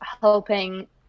helping